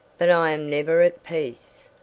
but i am never at peace.